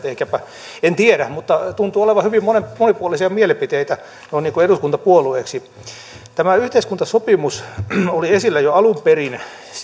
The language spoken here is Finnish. ehkäpä en tiedä mutta tuntuu olevan hyvin monipuolisia mielipiteitä noin niin kuin eduskuntapuolueeksi tämä yhteiskuntasopimus oli esillä jo alun perin